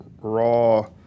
raw